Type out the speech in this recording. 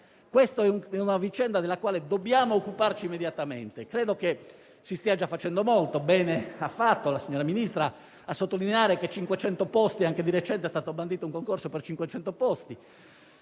È una vicenda della quale dobbiamo occuparci immediatamente. Credo che si stia già facendo molto e bene ha fatto la signora Ministra a sottolineare che di recente è stato bandito un concorso per 500 posti.